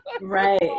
Right